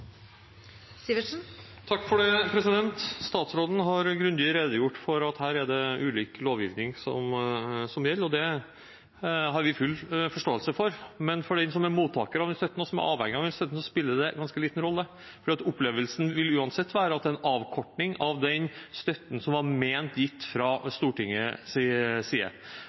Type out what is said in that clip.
Statsråden har redegjort grundig for at det her er ulik lovgivning som gjelder, og det har vi full forståelse for. Men for den som er mottaker av denne støtten, og som er avhengig av denne støtten, spiller det ganske liten rolle, for opplevelsen vil uansett være at det er en avkortning av den støtten som var ment gitt, fra Stortingets side.